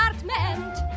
apartment